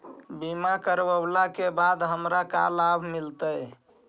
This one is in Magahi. बीमा करवला के बाद हमरा का लाभ मिलतै?